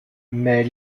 mais